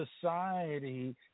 society